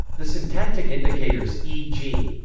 the syntactic indicators, e g,